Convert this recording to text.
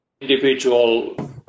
individual